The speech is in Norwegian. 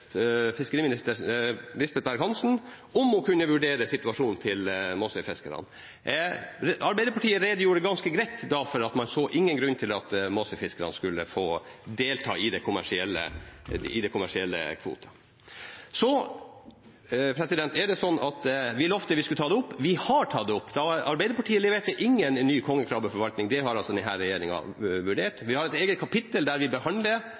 fiskeriminister Lisbeth Berg-Hansen om hun kunne vurdere situasjonen til Måsøy-fiskerne. Arbeiderpartiet redegjorde ganske greit da for at man ikke så noen grunn til at Måsøy-fiskerne skulle få del i den kommersielle kvoten. Vi lovde at vi skulle ta det opp, og vi har tatt det opp. Arbeiderpartiet leverte ingen ny kongekrabbeforvaltning – det har denne regjeringen vurdert. Vi har et eget kapittel der vi